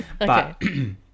Okay